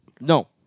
No